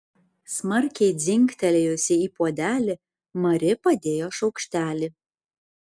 smarkiai dzingtelėjusi į puodelį mari padėjo šaukštelį